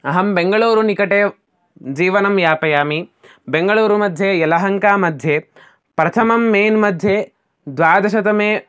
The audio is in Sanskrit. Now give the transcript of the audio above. अहं बेङ्गलूरुनिकटे जीवनं यापयामि बेङ्गलूरुमध्ये यलहङ्का मध्ये प्रथमं मेन् मध्ये द्वादशतमे